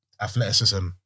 athleticism